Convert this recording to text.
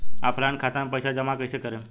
Online खाता मे पईसा जमा कइसे करेम?